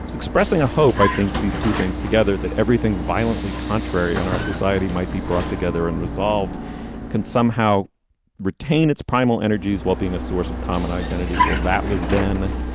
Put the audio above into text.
expressing a hope. i think these two things together, that everything violently contrary in our society might be brought together and resolved can somehow retain its primal energies while being a source of common identity. well, that was then.